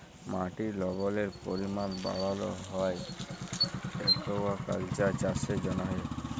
মাটির লবলের পরিমাল বাড়ালো হ্যয় একুয়াকালচার চাষের জ্যনহে